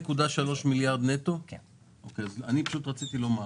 רציתי לומר